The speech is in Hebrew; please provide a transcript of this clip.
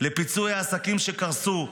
לפיצוי העסקים שקרסו,